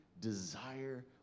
desire